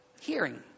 Hearing